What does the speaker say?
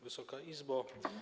Wysoka Izbo!